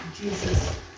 Jesus